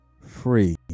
free